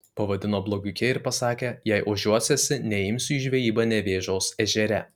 pavadino blogiuke ir pasakė jei ožiuosiesi neimsiu į žvejybą nevėžos ežere